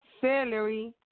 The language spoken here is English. celery